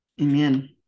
Amen